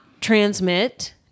transmit